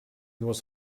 was